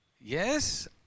yes